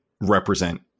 represent